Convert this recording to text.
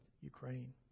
Ukraine